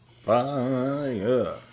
Fire